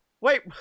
Wait